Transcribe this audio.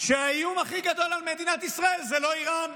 שהאיום הכי גדול על מדינת ישראל זה לא איראן,